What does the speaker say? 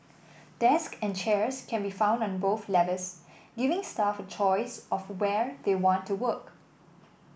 desks and chairs can be found on both levels giving staff a choice of where they want to work